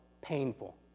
painful